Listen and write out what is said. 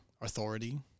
authority